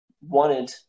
wanted